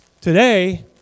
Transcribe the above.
Today